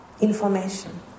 information